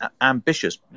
ambitious